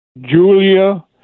Julia